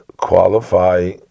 Qualify